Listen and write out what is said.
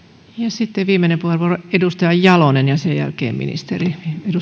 sitten viimeinen puheenvuoro edustaja jalonen ja sen jälkeen ministeri